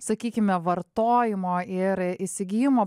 sakykime vartojimo ir įsigijimo